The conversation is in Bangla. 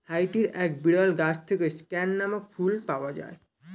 হাইতির এক বিরল গাছ থেকে স্ক্যান নামক ফুল পাওয়া যায়